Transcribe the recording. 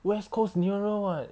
west coast nearer [what]